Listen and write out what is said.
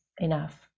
enough